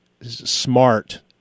smart